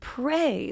pray